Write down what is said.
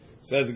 Says